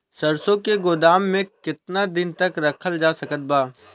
सरसों के गोदाम में केतना दिन तक रखल जा सकत बा?